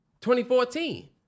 2014